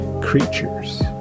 creatures